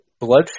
blood